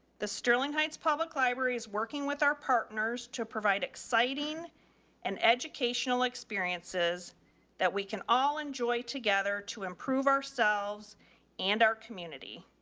the sterling heights public library's working with our partners to provide exciting and educational experiences that we can all enjoy together to improve ourselves and our community.